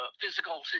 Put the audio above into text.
physical